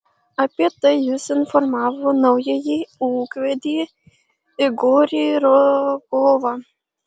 apie tai jis informavo naująjį ūkvedį igorį rogovą